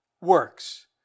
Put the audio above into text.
works